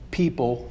people